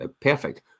perfect